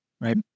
Right